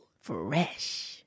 Fresh